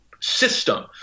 system